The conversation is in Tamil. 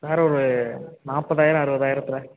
சார் ஒரு நாற்பதாயிரம் அறுபதாயிரத்துல